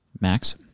Max